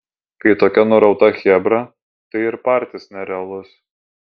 kai tokia nurauta chebra tai ir partis nerealus